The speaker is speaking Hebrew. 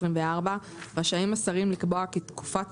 31.12.2024, רשאים השרים לקבוע כי תקופת